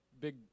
big